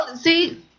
See